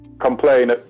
complain